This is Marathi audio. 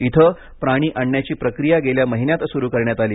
इथं प्राणी आणण्याची प्रक्रिया गेल्या महिन्यात सुरु करण्यात आली